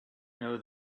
know